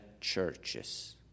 churches